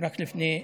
רק לפני,